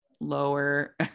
lower